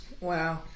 Wow